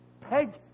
Peg